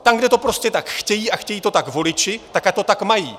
Tam, kde to prostě tak chtějí a chtějí to tak voliči, ať to tak mají!